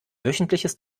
wöchentliches